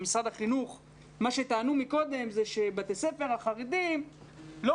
מה שטענו קודם זה שבתי הספר החרדים לא